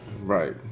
Right